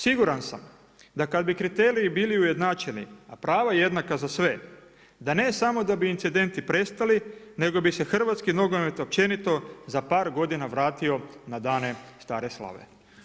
Siguran sam da kad bi kriteriji bili ujednačeni, a prava jednaka za sve, da ne samo da bi incidenti prestali, nego bi se hrvatski nogomet općenito za par godina vratio na dane stare slave.